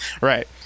Right